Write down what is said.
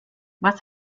was